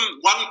one